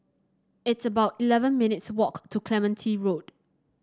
it's about eleven minutes' walk to Clementi Road